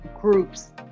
groups